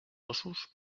ossos